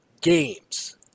games